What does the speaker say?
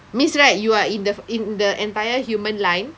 means right you are in the f~ in the emtire human line